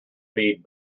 feed